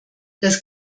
das